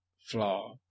flaw